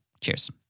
Cheers